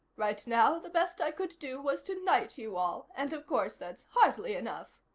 right now, the best i could do was to knight you all, and of course that's hardly enough.